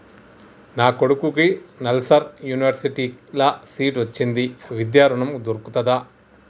నా కొడుకుకి నల్సార్ యూనివర్సిటీ ల సీట్ వచ్చింది విద్య ఋణం దొర్కుతదా?